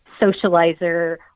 socializer